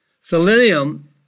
Selenium